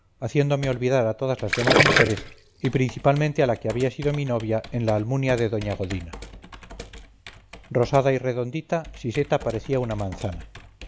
haciéndome olvidar a todas las demás mujeres y principalmente a la que había sido mi novia en la almunia de doña godina rosada y redondita siseta parecía una manzana